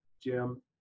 Jim